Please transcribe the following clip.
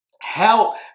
help